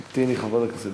תמתיני, חברת הכנסת